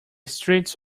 streets